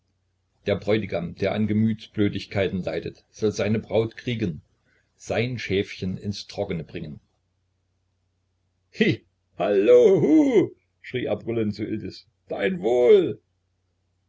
der bräutigam der an gemütsblödigkeiten leidet soll seine braut kriegen sein schäfchen ins trockne bringen hi halloh huh schrie er brüllend iltis